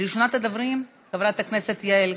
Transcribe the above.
ראשונת הדוברים, חברת הכנסת יעל,